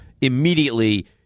immediately